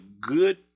good